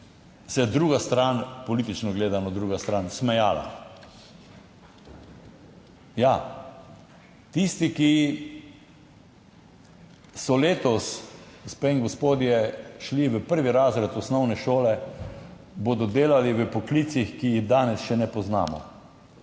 se je druga stran, politično gledano, druga stran smejala. Ja, tisti, ki so letos gospe in gospodje šli v prvi razred osnovne šole, bodo delali v poklicih, ki jih danes še ne poznamo.